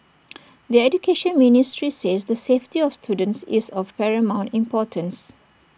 the Education Ministry says the safety of students is of paramount importance